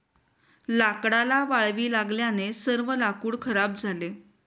लाकडाला वाळवी लागल्याने सर्व लाकूड खराब झाले